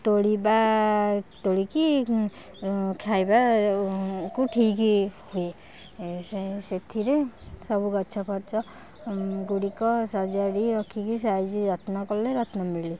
ତୋଳିବା ତୋଳିକି ଖାଇବା କୁ ଠିକ୍ ହୁଏ ସେଥିରେ ସବୁ ଗଛ ଫଛ ଗୁଡ଼ିକ ସଜାଡ଼ି ରଖିକି ସାଇଜ ଯତ୍ନ କଲେ ରତ୍ନ ମିଳେ